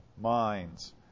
minds